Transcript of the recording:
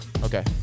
Okay